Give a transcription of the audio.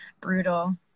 Brutal